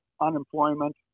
Unemployment